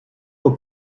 pour